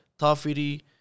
Tafiri